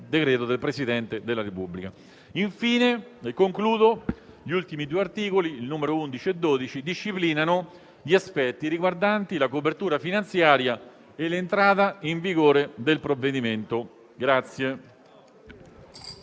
decreto del Presidente della Repubblica. Infine, gli articoli 11 e 12 disciplinano gli aspetti riguardanti la copertura finanziaria e l'entrata in vigore del provvedimento.